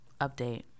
update